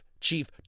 chief